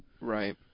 Right